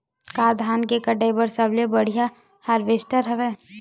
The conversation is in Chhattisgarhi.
का धान के कटाई बर सबले बढ़िया हारवेस्टर हवय?